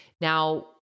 now